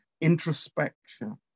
introspection